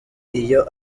iyo